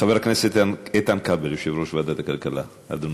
חבר הכנסת איתן כבל, יושב-ראש ועדת הכלכלה, אדוני.